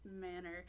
manner